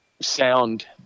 sound